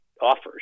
offers